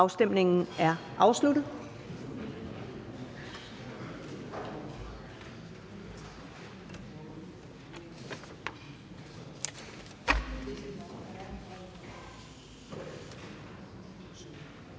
Afstemningen er afsluttet.